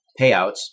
payouts